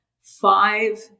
five